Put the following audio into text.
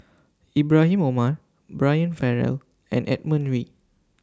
Ibrahim Omar Brian Farrell and Edmund Wee